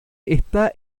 está